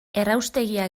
erraustegia